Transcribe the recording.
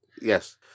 Yes